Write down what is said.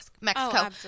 Mexico